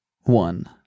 one